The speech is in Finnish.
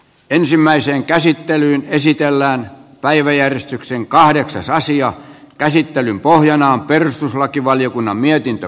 ensimmäiseen käsittelyyn esitellään päiväjärjestykseen kahdeksas asian käsittelyn pohjana on perustuslakivaliokunnan mietintö